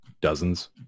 dozens